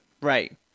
Right